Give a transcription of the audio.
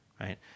right